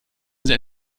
sie